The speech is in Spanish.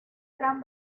gran